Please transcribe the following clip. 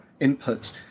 inputs